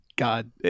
God